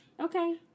Okay